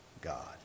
God